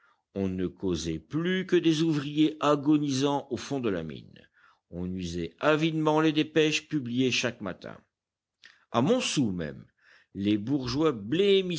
on ne causait plus que des ouvriers agonisant au fond de la mine on lisait avidement les dépêches publiées chaque matin a montsou même les bourgeois